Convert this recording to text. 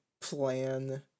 plan